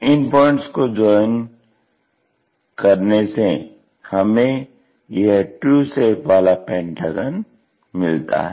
इन points को join करने से हमें यह ट्रू शेप वाला पेंटागन मिलता हैं